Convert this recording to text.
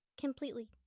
completely